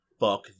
fuck